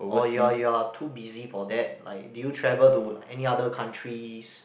orh you're you're too busy for that like do you travel to any other countries